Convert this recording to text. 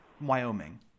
Wyoming